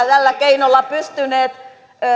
tällä keinolla pystytty